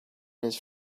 his